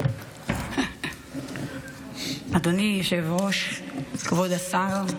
אדוני היושב-ראש, כבוד השר,